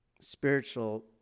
spiritual